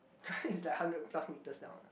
it's like hundred plus meter down